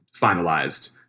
finalized